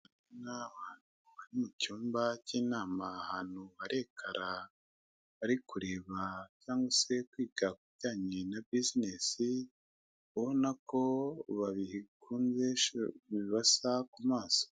...Mucyumba cy'yinama ahantu hari ekara, bari kureba cyangwa se kwiga ku bijyanye na bizinesi, ubona ko babikunze, bibasa ku maso.